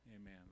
amen